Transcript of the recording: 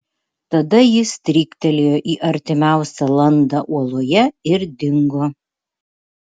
tada jis stryktelėjo į artimiausią landą uoloje ir dingo